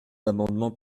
amendements